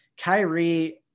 Kyrie